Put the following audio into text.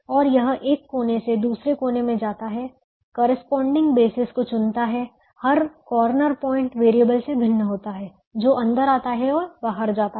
और यह एक कोने से दूसरे कोने में जाता है करेस्पॉन्डिंग बेसिस को चुनता है हर कॉर्नर प्वाइंट वेरिएबल से भिन्न होता है जो अंदर आता है और बाहर जाता है